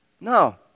No